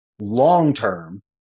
long-term